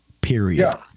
Period